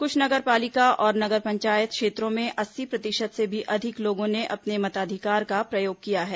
कुछ नगर पालिका और नगर पंचायत क्षेत्रों में अस्सी प्रतिशत से भी अधिक लोगों ने अपने मताधिकार का प्रयोग किया है